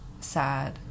sad